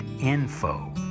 info